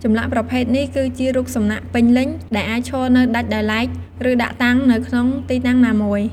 ចម្លាក់ប្រភេទនេះគឺជា រូបសំណាកពេញលេញ ដែលអាចឈរនៅដាច់ដោយឡែក ឬដាក់តាំងនៅក្នុងទីតាំងណាមួយ។